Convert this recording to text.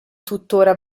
tuttora